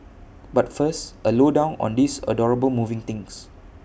but first A low down on these adorable moving things